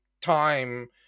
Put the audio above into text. time